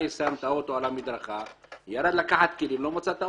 ועל אף שטיפול באירוע גז הוא דבר שנמצא תחת כמה